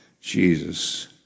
Jesus